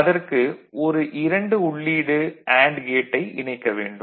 அதற்கு ஒரு 2 உள்ளீடு அண்டு கேட்டை இணைக்க வேண்டும்